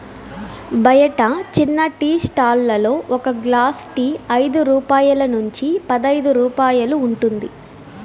బయట చిన్న tea stall లలో ఒక గ్లాస్ టీ ఐదు రూపాయల నుంచి పదైదు రూపాయలు ఉంటుంది